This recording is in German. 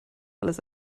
alles